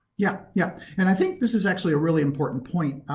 yeah. yeah and i think this is actually a really important point.